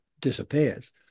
disappears